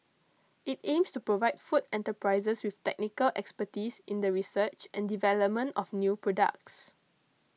it aims to provide food enterprises with technical expertise in the research and development of new products